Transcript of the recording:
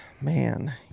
man